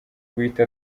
guhita